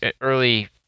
early